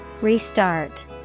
Restart